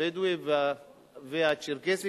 הבדואי והצ'רקסי,